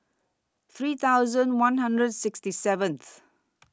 three thousand one hundred sixty seventh